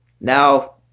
Now